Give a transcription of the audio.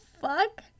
fuck